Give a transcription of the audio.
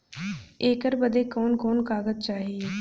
ऐकर बदे कवन कवन कागज चाही?